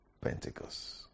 Pentecost